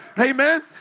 Amen